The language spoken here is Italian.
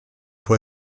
può